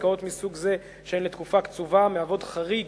עסקאות מסוג זה שהן לתקופה קצובה מהוות חריג